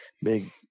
big